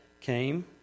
came